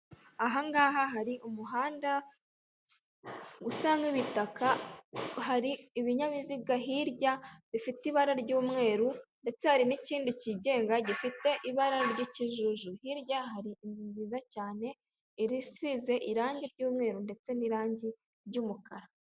Uyu n'umukuru w'igihugu cyu Rwanda, aho yari ari kwiyampamariza kuyobora ndetse nk'uko bigaragara abaturage bakaba bari kumugaragariza urukundo, bamwishimiye kandi bamwereka ko bamushyigikiye.